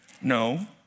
No